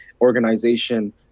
organization